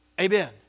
Amen